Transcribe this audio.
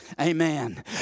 amen